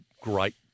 great